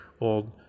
old